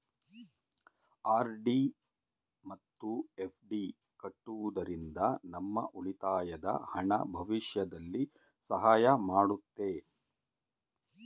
RD ಮತ್ತು FD ಕಟ್ಟುವುದರಿಂದ ನಮ್ಮ ಉಳಿತಾಯದ ಹಣ ಭವಿಷ್ಯದಲ್ಲಿ ಸಹಾಯ ಮಾಡುತ್ತೆ